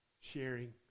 Sharing